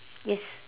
yes